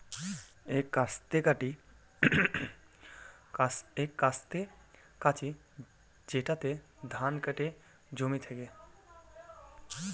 এক কাস্তে কাঁচি যেটাতে ধান কাটে জমি থেকে